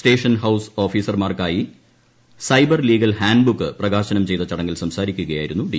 station house ഓഫീസർമാർക്കായി cyber legal handbook പ്രകാശനം ചെയ്ത ചടങ്ങിൽ സംസാരിക്കുകയായിരുന്നു ഡി